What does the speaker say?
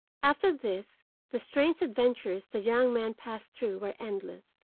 after this the strange adventures the young man passed through were endless.